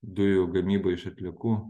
dujų gamyba iš atliekų